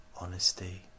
honesty